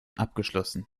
abgeschlossen